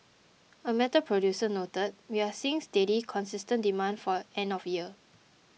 a metal producer noted we are seeing steady consistent demand for end of year